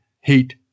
Heat